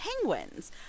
penguins